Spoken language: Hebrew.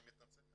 אני מתנצל,